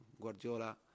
Guardiola